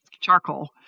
charcoal